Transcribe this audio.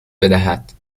بدهد